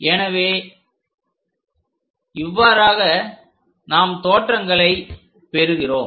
எனவே இவ்வாறாக நாம் தோற்றங்களை பெறுகிறோம்